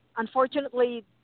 unfortunately